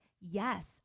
Yes